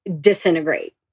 disintegrate